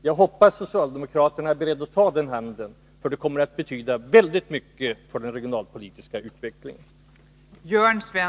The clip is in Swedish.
Jag hoppas att socialdemokraterna är beredda att ansluta sig till den linjen, för det kommer att betyda väldigt mycket för den regionalpolitiska utvecklingen.